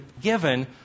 given